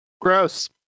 Gross